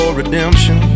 redemption